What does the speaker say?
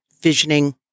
Visioning